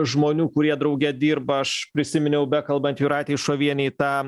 žmonių kurie drauge dirba aš prisiminiau bekalbant jūratei šovienei tą